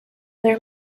their